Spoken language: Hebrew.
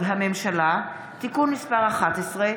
תודה רבה.